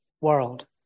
world